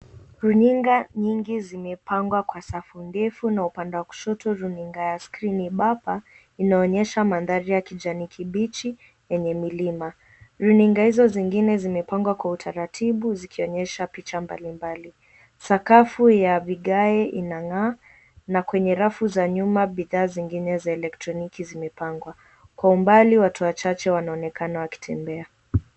Runinga nyingi zimepangwa kwa safu ndefu na upande wa kushoto runinga ya screen bapa inaonyesha mandhari ya kijani kibichi yenye milima. Runinga hizo zingine zimepangwa kwa utaratibu zikionyesha picha mbalimbali. Sakafu ya vigae inang'aa na kwenye rafu za nyuma, bidhaa zingine za elektroniki zimepangwa. Kwa umbali watu wachache wanaonekana wakitembea.